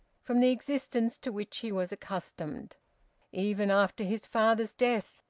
from the existence to which he was accustomed even after his father's death,